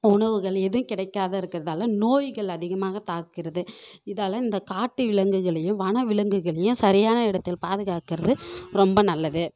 உணவுகள் ஏதும் கிடைக்காது இருக்கிறதால நோய்கள் அதிகமாக தாக்குகிறது இதால் இந்த காட்டு விலங்குகளையும் வனவிலங்குகளையும் சரியான இடத்தில் பாதுகாக்கிறது ரொம்ப நல்லது